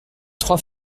trois